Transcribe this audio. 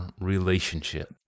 relationship